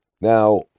Now